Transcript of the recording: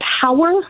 power